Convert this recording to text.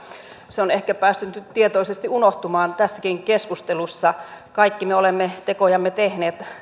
se on ehkä päässyt tietoisesti unohtumaan tässäkin keskustelussa kaikki me olemme tekojamme tehneet